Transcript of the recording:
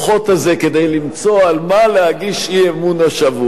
הזה כדי למצוא על מה להגיש אי-אמון השבוע.